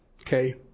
Okay